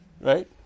right